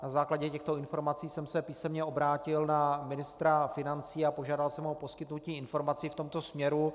Na základě těchto informací jsem se písemně obrátil na ministra financí a požádal jsem o poskytnutí informací v tomto směru.